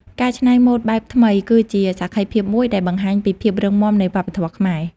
ការច្នៃម៉ូដបែបថ្មី គឺជាសក្ខីភាពមួយដែលបង្ហាញពីភាពរឹងមាំនៃវប្បធម៌ខ្មែរ។